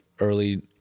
early